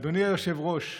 אדוני היושב-ראש,